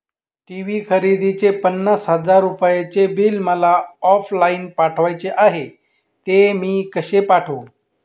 TV खरेदीचे पन्नास हजार रुपयांचे बिल मला ऑफलाईन पाठवायचे आहे, ते मी कसे पाठवू?